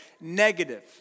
negative